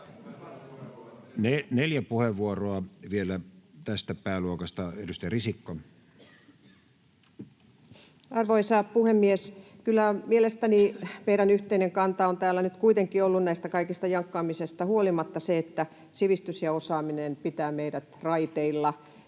talousarvioksi vuodelle 2023 Time: 11:57 Content: Arvoisa puhemies! Kyllä mielestäni meidän yhteinen kanta on täällä nyt kuitenkin ollut näistä kaikista jankkaamisista huolimatta se, että sivistys ja osaaminen pitävät meidät raiteilla,